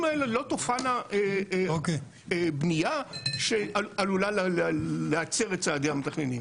האלה לא תופענה בנייה שעלולה להצר את צעדי המתכננים.